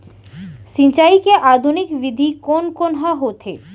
सिंचाई के आधुनिक विधि कोन कोन ह होथे?